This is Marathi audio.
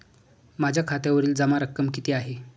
माझ्या खात्यावरील जमा रक्कम किती आहे?